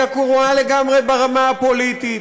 היא עקומה לגמרי ברמה הפוליטית,